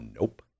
Nope